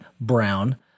Brown